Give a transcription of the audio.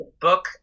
book